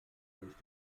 durch